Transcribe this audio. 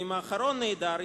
ואם האחרון נעדר,